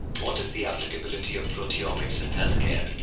what is the applicability of proteomics in healthcare?